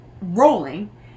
rolling